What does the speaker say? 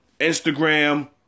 Instagram